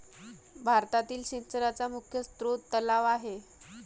भारतातील सिंचनाचा मुख्य स्रोत तलाव आहे